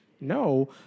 no